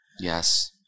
Yes